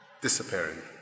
disappearing